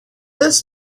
this